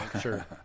Sure